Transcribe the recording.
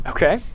Okay